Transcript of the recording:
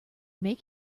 make